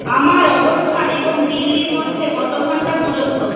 আমার অবস্থান এবং দিল্লির মধ্যে কত ঘণ্টার দূরত্ব